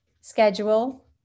schedule